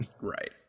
right